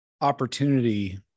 opportunity